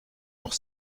noch